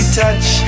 touch